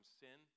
sin